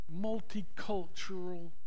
Multicultural